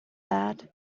that